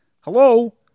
Hello